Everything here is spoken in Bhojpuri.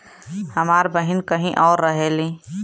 हमार बहिन कहीं और रहेली